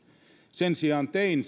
sen sijaan tein